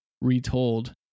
retold